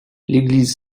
l’église